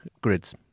grids